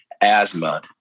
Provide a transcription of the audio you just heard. asthma